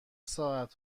ساعت